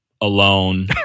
alone